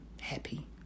happy